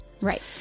Right